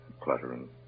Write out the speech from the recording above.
cluttering